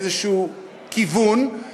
איזה כיוון,